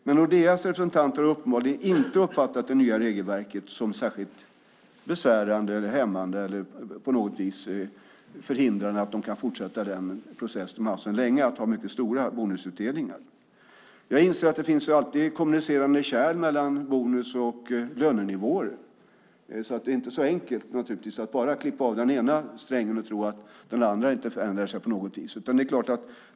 Men Nordeas representanter har uppenbarligen inte uppfattat det nya regelverket som särskilt besvärande eller hämmande eller som att det på något vis förhindrar att de kan fortsätta den process de har haft sedan länge att ha mycket stora bonusutdelningar. Jag inser att det finns kommunicerande kärl mellan bonus och lönenivåer. Det är inte så enkelt att bara klippa av den ena strängen och tro att den andra inte förändrar sig på något vis.